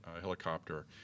helicopter